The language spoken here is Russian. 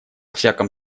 всяком